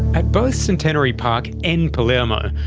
at both centenary park and palermo,